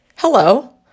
Hello